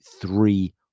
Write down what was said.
three